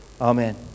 Amen